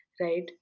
right